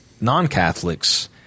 non-Catholics –